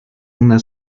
una